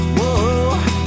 Whoa